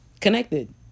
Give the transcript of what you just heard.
connected